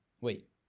Wait